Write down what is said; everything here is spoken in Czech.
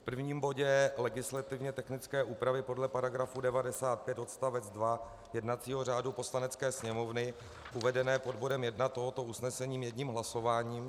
V prvním bodě legislativně technické úpravy podle § 95 odst. 2 jednacího řádu Poslanecké sněmovny, uvedené pod bodem 1 tohoto usnesení, jedním hlasováním.